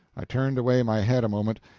i turned away my head a moment,